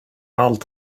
allt